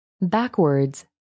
Backwards